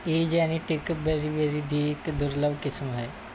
ਇਹ genetic beriberi ਦੀ ਇੱਕ ਦੁਰਲੱਭ ਕਿਸਮ ਹੈ